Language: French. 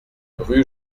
rue